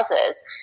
others